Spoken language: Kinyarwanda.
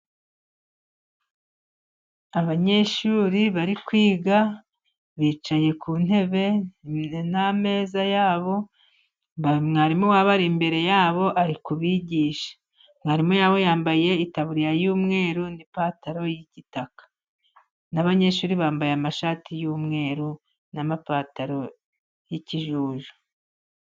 Abanyeshuri bari kwiga bicaye ku ntebe n'ameza yabo, Mwarimu wabo ari imbere yabo ari kubigisha. Mwarimu wabo yambaye itaburiya y'umweru n'ipantaro y'igitaka. N'abanyeshuri bambaye amashati y'umweru n'amapantaro y'ikijuju.